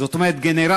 זאת אומרת גנרציה,